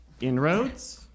Inroads